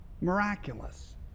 Miraculous